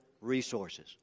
resources